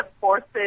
forces